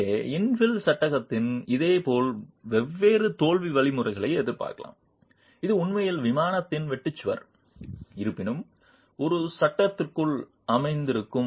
எனவே இன்ஃபில் சட்டத்தில் இதேபோல் வெவ்வேறு தோல்வி வழிமுறைகளை எதிர்பார்க்கலாம் இது உண்மையில் விமானத்தில் வெட்டு சுவர் இருப்பினும் ஒரு சட்டகத்திற்குள் அமர்ந்திருக்கும்